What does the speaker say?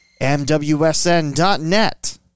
MWSN.net